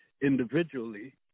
individually